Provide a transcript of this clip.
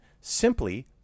simply